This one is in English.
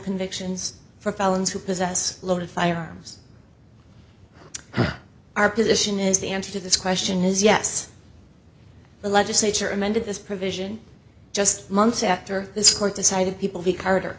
convictions for felons who possess loaded firearms our position is the answer to this question is yes the legislature amended this provision just months after this court decided people v carter